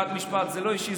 את המשפט "זה לא אישי,